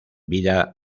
vida